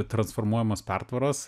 transformuojamos pertvaros